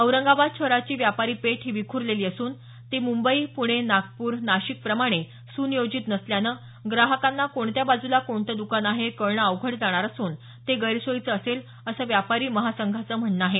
औरंगाबाद शहराची व्यापारी पेठ ही विखुरलेली असून ती मुंबई पुणे नागपूर नाशिक प्रमाणे सुनियोजित नसल्यानं ग्राहकांना कोणत्या बाजूला कोणते दुकान आहे हे कळणे अवघड जाणार असून ते गैरसोयीचे असेल असं व्यापारी महासंघाचं म्हणणं आहे